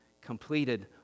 completed